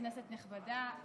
כנסת נכבדה,